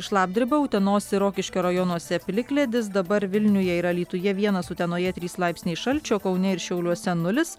šlapdriba utenos rokiškio rajonuose plikledis dabar vilniuje ir alytuje vienas utenoje trys laipsniai šalčio kaune ir šiauliuose nulis